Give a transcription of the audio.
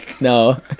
No